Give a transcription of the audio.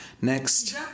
next